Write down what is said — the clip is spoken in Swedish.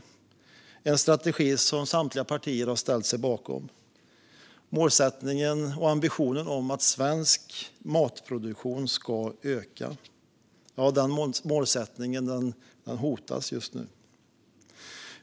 Det är en strategi som samtliga partier har ställt sig bakom. Målsättningen och ambitionen är att svensk matproduktion ska öka. Den målsättningen hotas just nu.